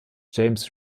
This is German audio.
james